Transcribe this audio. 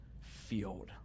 field